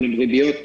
אבל הן ריביות פחות.